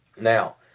now